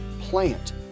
plant